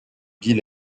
bill